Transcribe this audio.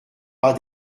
par